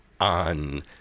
on